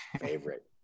favorite